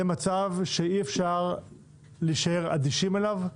זה מצב שאי אפשר להישאר אדישים אליו,